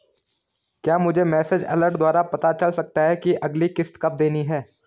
क्या मुझे message alert द्वारा पता चल सकता कि अगली किश्त कब देनी है?